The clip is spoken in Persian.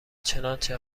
چنانچه